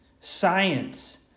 Science